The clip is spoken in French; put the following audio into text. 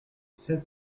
sept